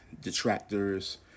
detractors